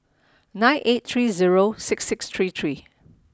nine eight three zero six six three three